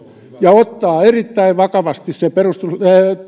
ja kannattaa ottaa erittäin vakavasti se